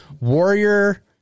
Warrior